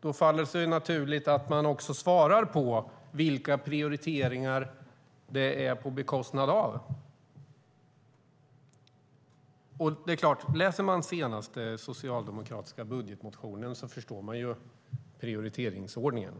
Då faller det sig naturligt att han också svarar på vilka prioriteringar det blir på bekostnad av. Läser man den senaste socialdemokratiska budgetmotionen förstår man prioriteringsordningen.